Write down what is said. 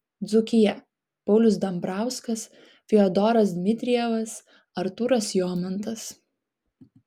dzūkija paulius dambrauskas fiodoras dmitrijevas artūras jomantas